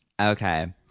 Okay